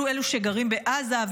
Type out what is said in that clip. אפילו אלו שגרים בעזה,